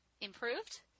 improved